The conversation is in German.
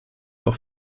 auch